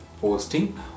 posting